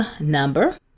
number